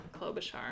Klobuchar